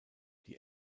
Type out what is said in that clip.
die